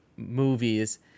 movies